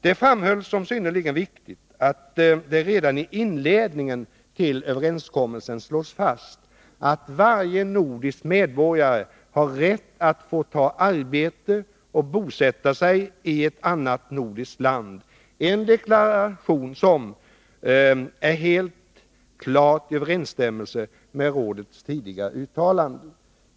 Det framhölls som synnerligen viktigt att det redan i inledningen till överenskommelsen slås fast att varje nordisk medborgare har rätt att få ta arbete och bosätta sig i ett annat nordiskt land, en deklaration som helt klart är i överensstämmelse med rådets tidigare uttalanden.